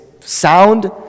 sound